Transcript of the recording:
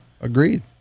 Agreed